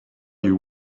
you